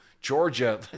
Georgia